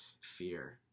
fear